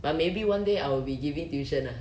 but maybe one day I will be giving tuition lah